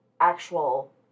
actual